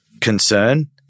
concern